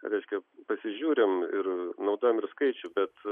reiškia pasižiūrim ir naudojam ir skaičių bet